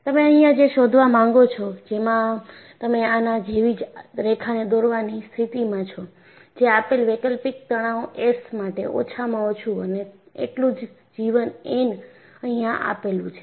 તમે અહીંયા જે શોધવા માંગો છો જેમાં તમે આના જેવી જ રેખાને દોરવાની સ્થિતિમાં છો જે આપેલ વૈકલ્પિક તણાવ એસ માટે ઓછામાં ઓછું અને એટલું જ જીવન એન અહિયાં આપેલો છે